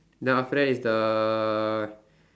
then after that is the